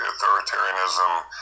authoritarianism